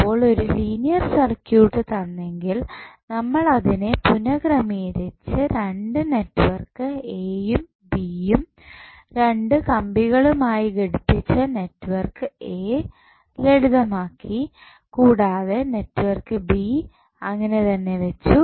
അപ്പോൾ ഒരു linear circuit തന്നെങ്കിൽ നമ്മൾ അതിനെ പുനക്രമീകരിച്ചു 2 നെറ്റ്വർക്ക് എയും ബിയും രണ്ട് കമ്പികളുമായി ഘടിപ്പിച്ച നെറ്റ്വർക്ക് എ ലളിതമാക്കി കൂടാതെ നെറ്റ്വർക്ക് ബി അങ്ങനെ തന്നെ വെച്ചു